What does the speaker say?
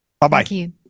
bye-bye